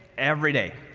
every day.